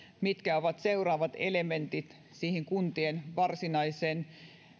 mitkä ovat seuraavat elementit siihen kuntien varsinaiseen